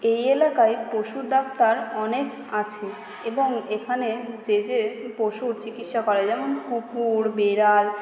এই এলাকায় পশুর ডাক্তার অনেক আছে এবং এখানে যে যে পশুর চিকিৎসা করা হয় যেমন কুকুর বিড়াল